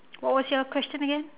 what was your question again